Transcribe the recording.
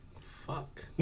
fuck